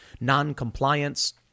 non-compliance